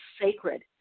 sacred